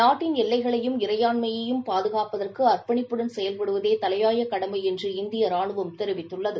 நாட்டின் எல்லைகளையும் இறையாண்மையையும் பாதுகாப்பதற்கு அர்ப்பணிப்புடன செயல்படுவதே தலையாய கடமை என்று இந்திய ராணுவம் தெரிவித்துள்ளது